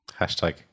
Hashtag